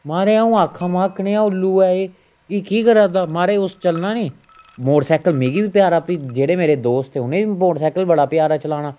महाराज आ'ऊं आक्खां महां कनेहा उल्लू ऐ एह् केह् करदा महाराज ओस चलना नी मोटरसाइकल मिगी बी बड़ा प्यारा जेह्ड़े मेरे दोस्त नी उनें बी बड़ा प्यारा चलाना